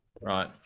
right